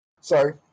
Sorry